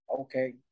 okay